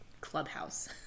clubhouse